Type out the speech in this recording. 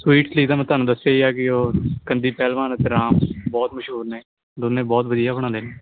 sweet ਲਈ ਮੈਂ ਤੁਹਾਨੂੰ ਦੱਸਿਆ ਕਿ ਉਹ ਕੰਦੀ ਪਹਿਲਵਾਨ ਅਤੇ ਰਾਮ ਬਹੁਤ ਮਸ਼ਹੂਰ ਨੇ ਦੋਨੋਂ ਬਹੁਤ ਵਧੀਆ ਬਣਾਉਂਦੇ ਨੇ